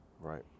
Right